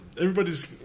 Everybody's